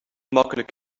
makkelijk